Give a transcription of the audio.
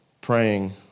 praying